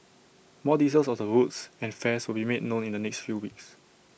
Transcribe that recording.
more details of the route and fares will be made known in the next few weeks